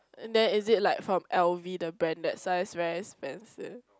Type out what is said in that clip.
and then is it like from l_v the brand that's why very expensive